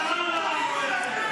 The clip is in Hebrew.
במשטרה לא אמרו את זה.